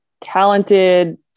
talented